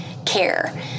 Care